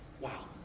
Wow